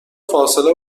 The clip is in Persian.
فاصله